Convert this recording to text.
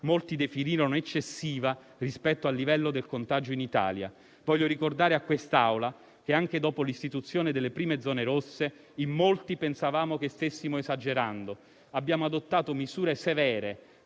molti definirono eccessiva rispetto al livello del contagio in Italia. Voglio ricordare a quest'Aula che, anche dopo l'istituzione delle prime zone rosse, in molti pensavano che stessimo esagerando. Abbiamo adottato misure severe,